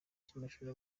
cy’amashuri